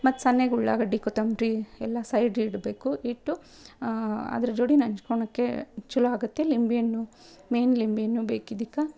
ಮತ್ತು ಸಣ್ಣಗೆ ಉಳ್ಳಾಗಡ್ಡಿ ಕೊತ್ತಂಬರಿ ಎಲ್ಲ ಸೈಡ್ ಇಡಬೇಕು ಇಟ್ಟು ಅದ್ರ ಜೋಡಿ ನೆಂಚ್ಕೊಳಕ್ಕೇ ಚಲೋ ಆಗುತ್ತೆ ಲಿಂಬೇ ಹಣ್ಣು ಮೇಯ್ನ್ ಲಿಂಬೇ ಹಣ್ಣು ಬೇಕು ಇದಕ್ಕೆ